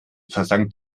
versank